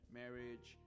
marriage